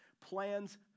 plans